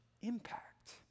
impact